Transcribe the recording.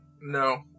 No